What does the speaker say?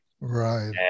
Right